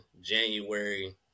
January